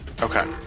Okay